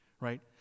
right